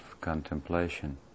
contemplation